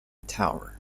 tower